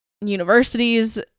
universities